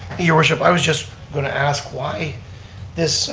your worship, i was just going to ask why this